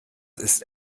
ist